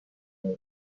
فنا